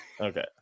okay